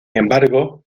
embargo